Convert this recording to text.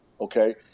Okay